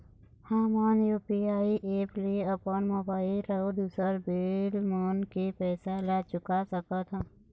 हमन UPI app ले अपन मोबाइल अऊ दूसर बिल मन के पैसा ला चुका सकथन